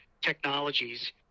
technologies